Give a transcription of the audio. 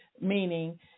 Meaning